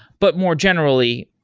but more generally,